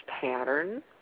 pattern